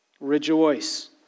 Rejoice